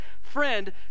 friend